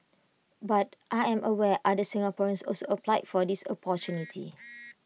but I am aware other Singaporeans also applied for this opportunity